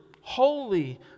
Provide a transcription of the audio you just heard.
holy